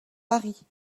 paris